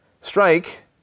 Strike